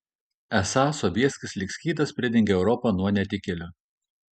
esą sobieskis lyg skydas pridengė europą nuo netikėlių